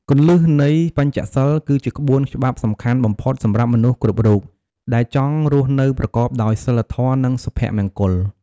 គន្លឹះនៃ បញ្ចសីល គឺជាក្បួនច្បាប់សំខាន់បំផុតសម្រាប់មនុស្សគ្រប់រូប ដែលចង់រស់នៅប្រកបដោយសីលធម៌ និងសុភមង្គល។